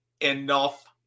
Enough